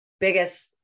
biggest